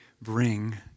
bring